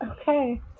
Okay